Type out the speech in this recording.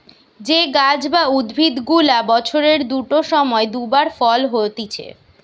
যে গাছ বা উদ্ভিদ গুলা বছরের দুটো সময় দু বার ফল হতিছে